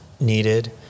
needed